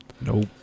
Nope